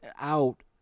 out